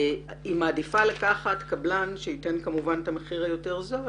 היא מעדיפה לקחת קבלן שייתן את המחיר הזול